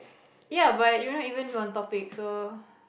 ya but you're not even on topic so